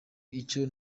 icyo